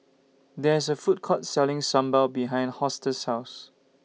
There IS A Food Court Selling Sambal behind Hortense's House